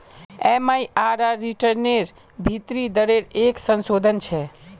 MIRR रिटर्नेर भीतरी दरेर एक संशोधन छे